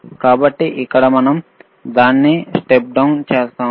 కాబట్టి ఇక్కడ మేము దాన్ని స్టెప్ డౌన్ చేస్తాము